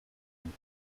and